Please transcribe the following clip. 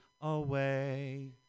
away